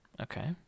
Okay